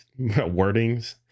wordings